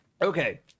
Okay